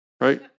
right